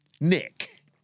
Nick